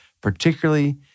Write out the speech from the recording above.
particularly